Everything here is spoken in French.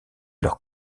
leur